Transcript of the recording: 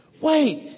Wait